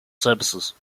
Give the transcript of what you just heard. services